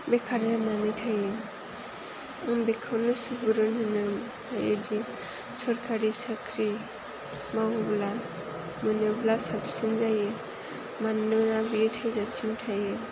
बेखार जानानै थायो आं बेखौनो सुबुरुन होयोदि सरखारि साख्रि मावोब्ला मोनोब्ला साबसिन जायो मानोना बेयो थैजासिम थायो